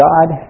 God